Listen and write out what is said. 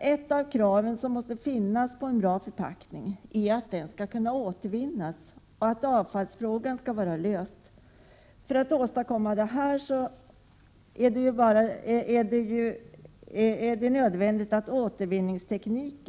Ett av de krav som måste kunna ställas på en bra förpackning är att den skall kunna återvinnas — att avfallsfrågan därmed skall vara löst. För att åstadkomma detta måste man komma fram till en lämplig återvinningsteknik.